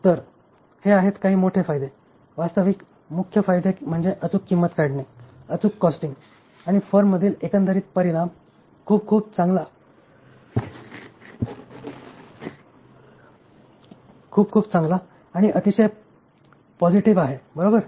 तर हे आहेत काही मोठे फायदे वास्तविक मुख्य फायदे म्हणजे अचूक किंमत काढणे अचूक कॉस्टिंग आणि फर्मवरील एकंदरीत परिणाम खूप खूप चांगला आणि अतिशय पॉसिटीव्ह आहे बरोबर